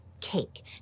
cake